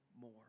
more